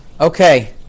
Okay